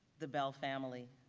the bell family.